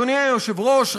אדוני היושב-ראש,